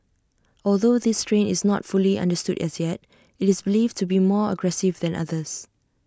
although this strain is not fully understood as yet IT is believed to be more aggressive than others